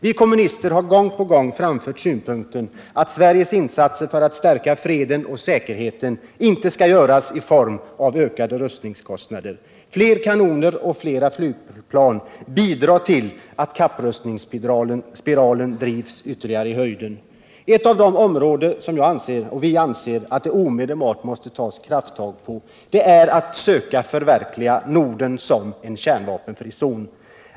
Vi kommunister har gång på gång framfört synpunkten att Sveriges insatser för att stärka freden och säkerheten inte skall göras i form av ökade rustningskostnader. Fler kanoner och fler flygplan bidrar till att kapprustningsspiralen drivs ytterligare i höjden. Ett av de områden där vi anser att det omedelbart måste tas krafttag är förverkligandet av Norden som en kärnvapenfri zon.